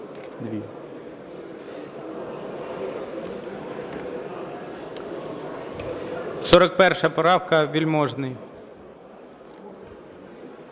41 правка, Вельможний.